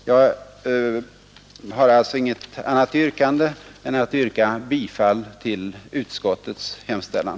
Jag har alltså intet annat yrkande än om bifall till utskottets hemställan.